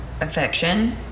affection